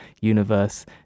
universe